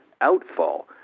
outfall